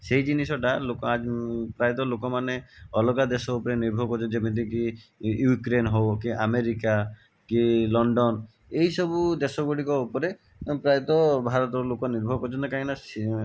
ସେ ଜିନିଷଟା ଲୋକ ପ୍ରାୟତଃ ଲୋକମାନେ ଅଲଗା ଦେଶ ଉପରେ ନିର୍ଭର କରୁଛନ୍ତି ଯେମିତିକି ୟୁକ୍ରେନ ହେଉ କି ଆମେରିକା କି ଲଣ୍ଡନ ଏହି ସବୁ ଦେଶ ଗୁଡ଼ିକ ଉପରେ ପ୍ରାୟତଃ ଭାରତର ଲୋକମାନେ ନିର୍ଭର କରୁଛନ୍ତି କାହିଁକିନା ସେ